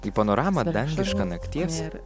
į panoramą dangišką nakties